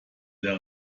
der